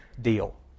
deal